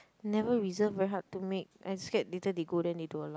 never reserve very hard to make I scared later they go then they don't allow